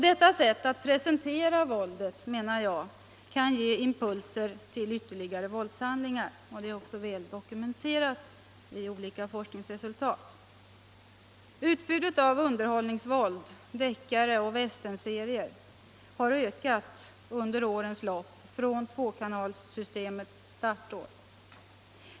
Detta sätt att presentera våldet menar jag kan ge impulser till ytterligare våldshandlingar, och det är också väl dokumenterat i olika forskningsresultat. Utbudet av underhållningsvåld, deckare och Västernserier har ökat under årens lopp från tvåkanalssystemets startår.